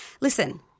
listen